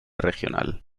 regional